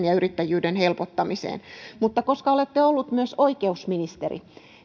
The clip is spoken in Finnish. ja yrittäjyyden helpottamiseen mutta koska olette ollut myös oikeusministeri